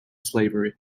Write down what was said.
slavery